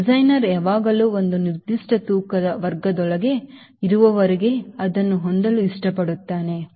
designer ಯಾವಾಗಲೂ ಒಂದು ನಿರ್ದಿಷ್ಟ ತೂಕದ ವರ್ಗದೊಳಗೆ ಇರುವವರೆಗೆ ಅದನ್ನು ಹೊಂದಲು ಇಷ್ಟಪಡುತ್ತಾನೆ